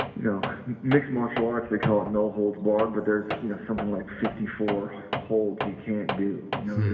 know, mixed martial arts, they call it no-holds-barred, but there is you know something like fifty four holds you can't do,